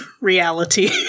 reality